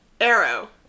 Arrow